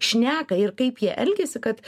šneka ir kaip jie elgiasi kad